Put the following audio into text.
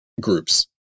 groups